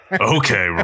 Okay